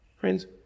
Friends